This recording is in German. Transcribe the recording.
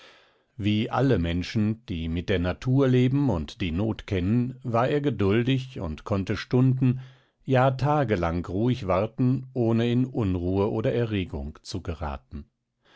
wie alle menschen die mit der natur leben und die not kennen war er geduldig und konnte stunden ja tage lang ruhig warten ohne in unruhe oder erregung zu geraten